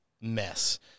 mess